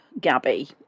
Gabby